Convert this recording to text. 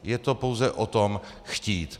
Je to pouze o tom, chtít.